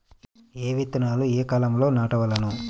ఏ విత్తనాలు ఏ కాలాలలో నాటవలెను?